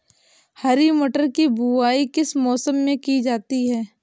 हरी मटर की बुवाई किस मौसम में की जाती है?